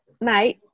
Mate